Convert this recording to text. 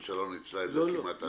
שהממשלה לא ניצלה את זה כמעט עד תום.